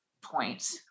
point